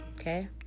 okay